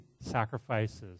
sacrifices